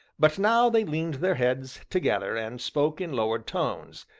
but now they leaned their heads together and spoke in lowered tones,